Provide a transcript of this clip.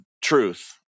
Truth